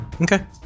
Okay